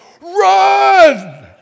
run